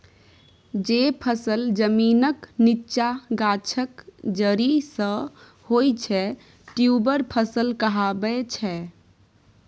जे फसल जमीनक नीच्चाँ गाछक जरि सँ होइ छै ट्युबर फसल कहाबै छै